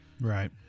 right